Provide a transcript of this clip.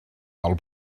del